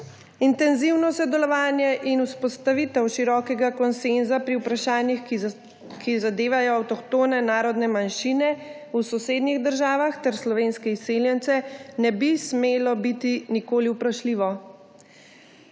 Intenzivno sodelovanje in vzpostavitev širokega konsenza pri vprašanjih, ki zadevajo avtohtone narodne manjšine v sosednjih državah ter slovenske izseljence, ne bi smelo biti nikoli vprašljivo.